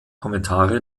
kommentare